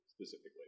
specifically